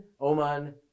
Oman